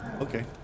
okay